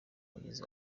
mugezi